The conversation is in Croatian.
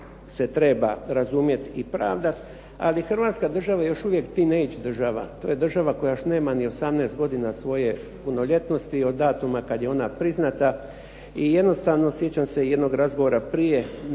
se treba razumjeti i pravdati. Ali hrvatska država je još uvijek teen age država, to je država koja još nema ni 18 godina svoje punoljetnosti od datuma kad je ona priznata i jednostavno, sjećam se jednog razgovora prije,